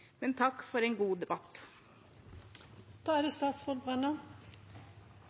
Men takk for en god debatt. Det er